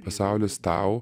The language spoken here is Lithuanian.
pasaulis tau